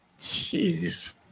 Jeez